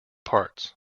parts